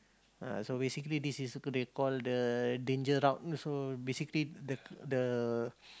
ah so basically this is what they call the danger route also basically the the